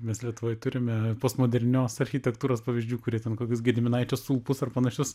mes lietuvoj turime postmodernios architektūros pavyzdžių kurie ten kokius gediminaičių stulpus ar panašius